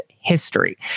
history